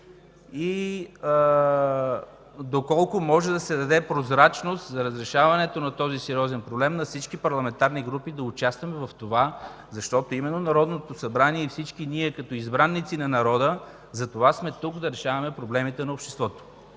Доколко може да се даде прозрачност за разрешаването на този сериозен проблем, всички парламентарни групи да участваме в това, защото именно Народното събрание и всички ние, като избраници на народа, сме тук, за да решаваме проблемите на обществото.